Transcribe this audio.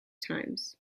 times